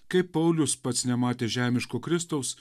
kaip paulius pats nematęs žemiško kristaus